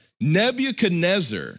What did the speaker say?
Nebuchadnezzar